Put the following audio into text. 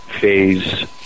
phase